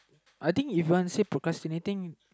I think if you want to say procrastinating